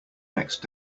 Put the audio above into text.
next